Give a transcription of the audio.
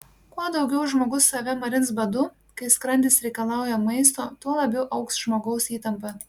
kuo daugiau žmogus save marins badu kai skrandis reikalauja maisto tuo labiau augs žmogaus įtampa